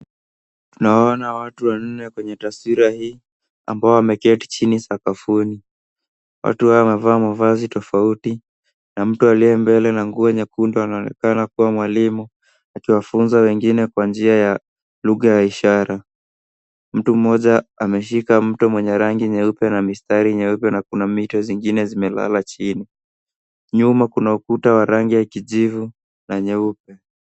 Tunaona watu wanne kwenye taswira hii ambao wameketi chini sakafuni, Watu hawa wamevaa mavazi tofauti na mtu aliye mbele na nguo nyekundu anaonekana kuwa mwalimu akiwafunza wengine kwa njia ya lugha ya ishara. Mtu mmoja ameshika mto mwenye rangi nyeupe na mistari nyeupe na kuna mito zingine zimelala chini. Nyuma kuna ukuta wa rangi ya kijivu na nyeupe.